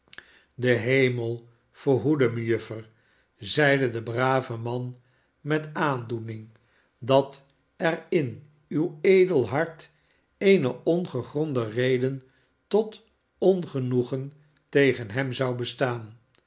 de hemel verhoede mejuffer zeide de brave man met aandoening dat er in uw edel hart eene ongegronde reden tot ongenoegen tegen hem zou bestaan